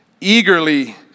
eagerly